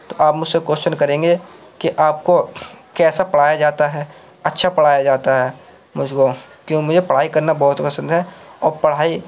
تو آپ مجھ سے کویشچن کریں گے کہ آپ کو کیسا پڑھایا جاتا ہے اچھا پڑھایا جاتا ہے مجھ کو کیوں مجھے پڑھائی کرنا بہت پسند ہے اور پڑھائی